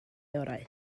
orau